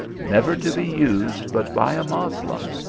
never to be used but by a mos lem,